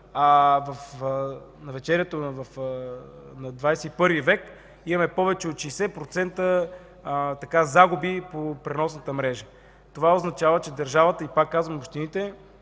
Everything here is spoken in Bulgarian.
а в началото на 21-и век имаме повече от 60% загуби по преносната мрежа. Това означава, че държавата, и пак казвам – общините,